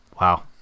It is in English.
wow